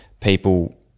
people